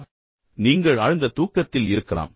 அல்லது நீங்கள் ஆழ்ந்த தூக்கத்தில் இருக்கலாம்